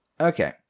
Okay